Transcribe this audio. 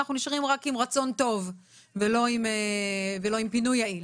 אנחנו נשארים רק עם רצון טוב ולא עם פינוי יעיל.